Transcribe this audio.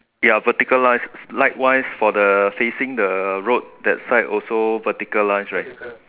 ya vertical lines likewise for the facing the road that side also vertical lines right